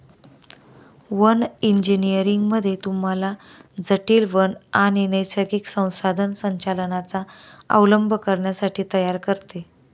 one engineering मध्ये तुम्हाला जटील वन आणि नैसर्गिक संसाधन संचालनाचा अवलंब करण्यासाठी तयार करते